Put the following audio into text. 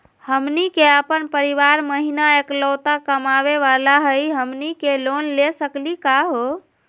हमनी के अपन परीवार महिना एकलौता कमावे वाला हई, हमनी के लोन ले सकली का हो?